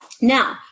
Now